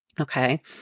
Okay